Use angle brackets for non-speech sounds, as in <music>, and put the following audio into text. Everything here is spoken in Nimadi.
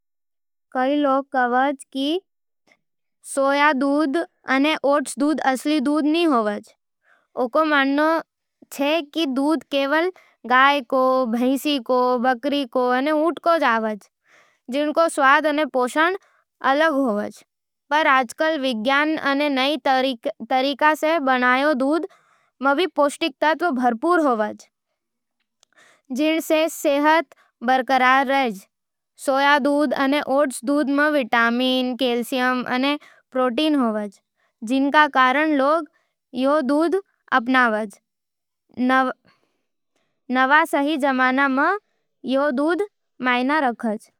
कई लोग कहवे है कि सोय दूध अने ओट्स दूध असली दूध न होवे। उँका मानना है कि दूध केवल गाय, भैंस, बकरी या ऊँट से आवे, जिणको स्वाद अने पोषण अलग होवज। पर आजकल विज्ञान अने नए तरीका से बनावा दूध में पौष्टिक तत्व भरपूर होवे, जिण से सेहत बरकार रहे। सोय दूध अने ओट्स दूध में विटामिन, कैल्शियम अने प्रोटीन होवे, जिणके कारण लोग ई दूध अपनावज। <hesitation> नवा सही जमाना मं ई दूध के मैएना राखाज।